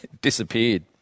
disappeared